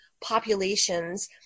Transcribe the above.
populations